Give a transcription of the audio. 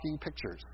pictures